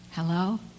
Hello